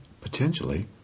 potentially